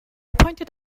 pointed